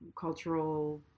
cultural